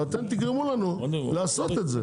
אבל אתם תגרמו לנו לעשות את זה.